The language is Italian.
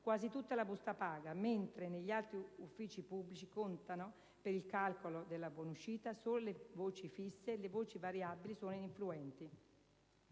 quasi tutta la busta paga, mentre negli uffici pubblici contano per il calcolo della buonuscita solo le voci fisse (le voci variabili sono ininfluenti).